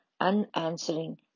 unanswering